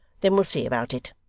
then we'll see about it